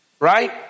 Right